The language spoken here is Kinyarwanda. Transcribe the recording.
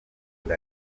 duce